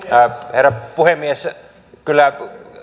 herra puhemies kyllä